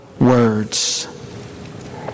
words